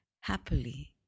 happily